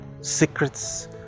secrets